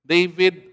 David